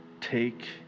take